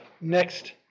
next